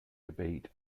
debate